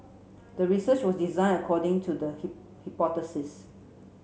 the research was design according to the